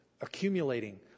accumulating